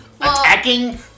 Attacking